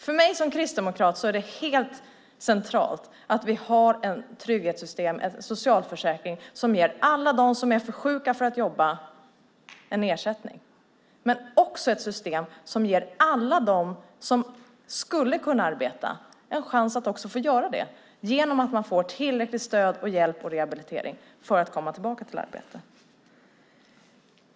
För mig som kristdemokrat är det helt centralt att vi har ett trygghetssystem och en socialförsäkring som ger alla som är för sjuka för att jobba en ersättning. Men det ska också vara ett system som ger alla som skulle kunna arbeta en chans att också få göra det genom att de får tillräckligt med stöd, hjälp och rehabilitering för att komma tillbaka till arbete.